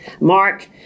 Mark